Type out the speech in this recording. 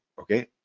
okay